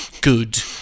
good